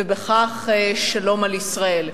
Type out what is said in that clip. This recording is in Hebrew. ובכך שלום על ישראל.